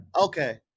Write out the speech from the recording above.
Okay